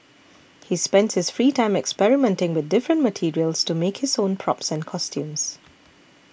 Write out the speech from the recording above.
he spends his free time experimenting with different materials to make his own props and costumes